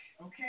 okay